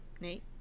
Nate